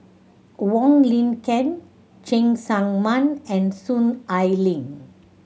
Wong Lin Ken Cheng Tsang Man and Soon Ai Ling